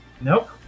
Nope